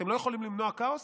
אתם לא יכולים למנוע כאוס?